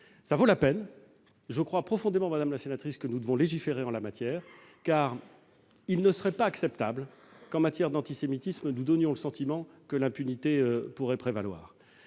en vaut la peine. Je crois profondément, madame la sénatrice, que nous devons légiférer : il ne serait pas acceptable qu'en matière d'antisémitisme nous donnions le sentiment que l'impunité pourrait prévaloir.